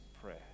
prayer